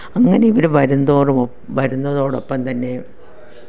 അങ്ങനെ ഇവര് വരുന്തോറും വരുന്നതിനോടൊപ്പം തന്നെ